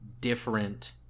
different